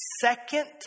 second